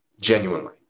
Genuinely